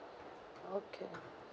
okay